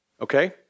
Okay